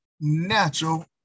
Natural